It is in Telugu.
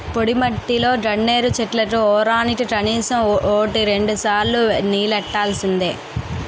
పొడిమట్టిలో గన్నేరు చెట్లకి వోరానికి కనీసం వోటి రెండుసార్లు నీల్లెట్టాల్సిందే